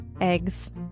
eggs